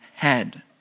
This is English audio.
Head